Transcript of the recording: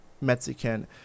Mexican